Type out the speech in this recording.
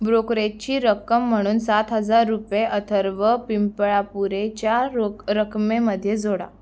ब्रोकरेजची रक्कम म्हणून सात हजार रुपये अथर्व पिंपळापुरेच्या रोख रकमेमध्ये जोडा